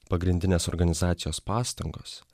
pagrindinės organizacijos pastangos